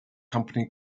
company